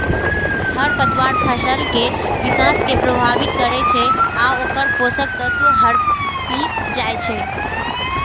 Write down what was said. खरपतवार फसल के विकास कें प्रभावित करै छै आ ओकर पोषक तत्व हड़पि जाइ छै